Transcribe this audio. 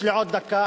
יש לי עוד דקה,